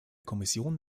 kommission